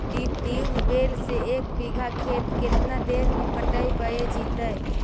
Tubewell से एक बिघा खेत केतना देर में पटैबए जितै?